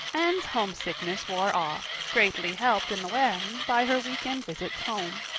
anne's homesickness wore off, greatly helped in the wearing by her weekend visits home.